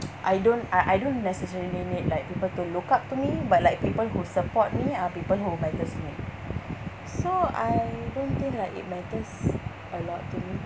I don't I I don't necessarily need like people to look up to me but like people who support me are people who matters to me so I don't think that it matters a lot to me